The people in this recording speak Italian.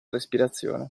respirazione